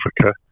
Africa